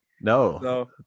No